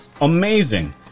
Amazing